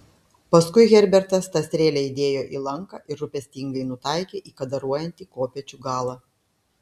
paskui herbertas tą strėlę įdėjo į lanką ir rūpestingai nutaikė į kadaruojantį kopėčių galą